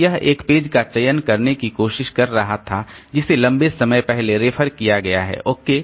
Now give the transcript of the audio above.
तो यह एक पेज का चयन करने की कोशिश कर रहा था जिसे लंबे समय पहले रेफर किया गया है ओके